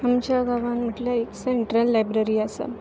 आमच्या गांवांत म्हटल्यार एक सँट्रल लायब्ररी आसा